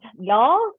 y'all